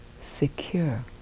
secure